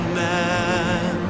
man